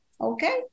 Okay